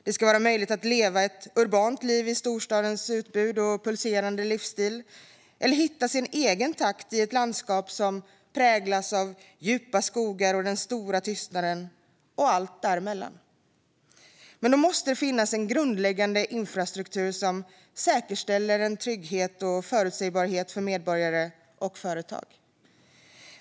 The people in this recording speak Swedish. Det ska vara möjligt att leva ett urbant liv med storstadens utbud och pulserande livsstil eller att hitta sin egen takt i ett landskap som präglas av djupa skogar och den stora tystnaden - och allt däremellan. Men då måste det finnas en grundläggande infrastruktur som säkerställer en trygghet och förutsägbarhet för medborgare och företag.